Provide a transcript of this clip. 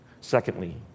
Secondly